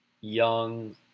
Young